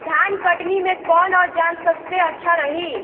धान कटनी मे कौन औज़ार सबसे अच्छा रही?